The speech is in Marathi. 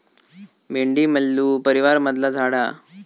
भेंडी मल्लू परीवारमधला झाड हा